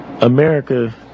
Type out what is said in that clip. America